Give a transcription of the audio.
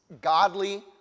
Godly